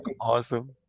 awesome